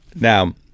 Now